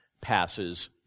passes